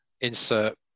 insert